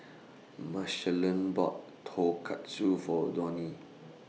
Machelle bought Tonkatsu For Donie